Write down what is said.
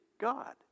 God